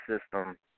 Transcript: system